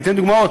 אתן דוגמאות.